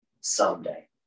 someday